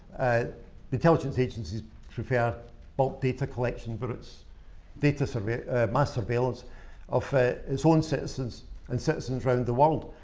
ah intelligence agencies prepared bulk data collection for its beta surveilla mass surveillance of its own citizens and citizens around the world.